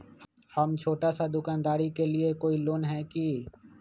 हम छोटा सा दुकानदारी के लिए कोई लोन है कि?